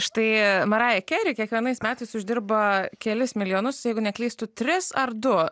štai maraja keri kiekvienais metais uždirba kelis milijonus jeigu neklystu tris ar du